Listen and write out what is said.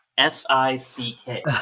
S-I-C-K